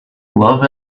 love